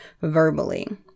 verbally